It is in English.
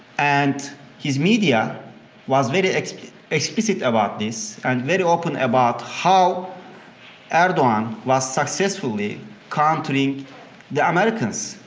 and his media was very explicit explicit about this and very open about how erdogan was successfully countering the americans.